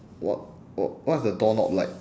what wha~ what's the door knob like